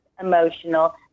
emotional